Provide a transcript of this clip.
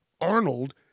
Arnold